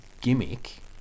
gimmick